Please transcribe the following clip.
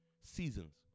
Seasons